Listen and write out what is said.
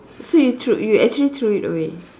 so you throw you actually threw it away